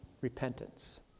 repentance